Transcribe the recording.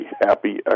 happy